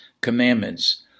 commandments